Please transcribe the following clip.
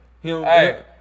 hey